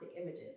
images